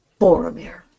Boromir